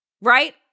Right